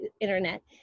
internet